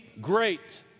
great